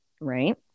right